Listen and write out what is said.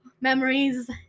Memories